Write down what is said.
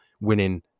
winning